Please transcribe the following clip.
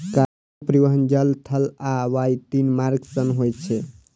cargo परिवहन जल, थल आ वायु, तीनू मार्ग सं होय छै